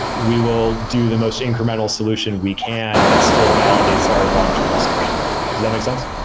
we will do the most incremental solution we can that still validates our long-term assumption. does that make sense?